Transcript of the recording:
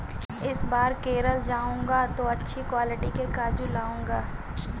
इस बार केरल जाऊंगा तो अच्छी क्वालिटी के काजू लाऊंगा